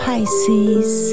Pisces